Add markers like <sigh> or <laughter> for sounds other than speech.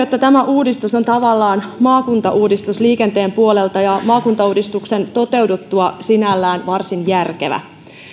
<unintelligible> että tämä uudistus on tavallaan maakuntauudistus liikenteen puolelta ja maakuntauudistuksen toteuduttua sinällään varsin järkevä